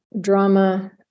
drama